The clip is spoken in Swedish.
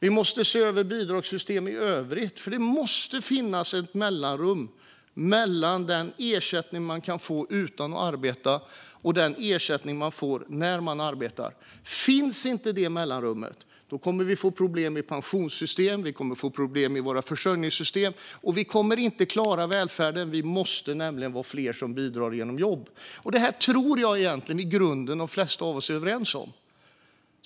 Vi måste se över bidragssystemen i övrigt, för det måste finnas ett mellanrum mellan den ersättning man kan få utan att arbeta och den ersättning man får när man arbetar. Om detta mellanrum inte finns kommer vi att få problem med våra pensionssystem och försörjningssystem, och vi kommer inte att klara välfärden. Vi måste nämligen vara fler som bidrar genom jobb. Jag tror att de flesta av oss är överens om detta i grunden.